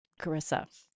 Carissa